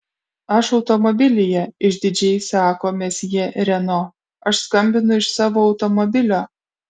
aš automobilyje išdidžiai sako mesjė reno aš skambinu iš savo automobilio